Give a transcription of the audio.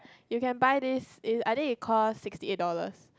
you can buy this is I think it costs sixty eight dollars